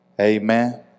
Amen